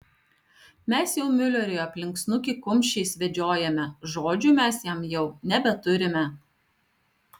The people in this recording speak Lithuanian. mes jau miuleriui aplink snukį kumščiais vedžiojame žodžių mes jam jau nebeturime